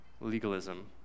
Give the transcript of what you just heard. Legalism